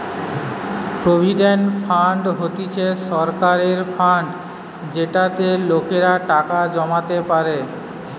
provident fund হতিছে সরকারের fund যেটাতে লোকেরা টাকা জমাতে পারে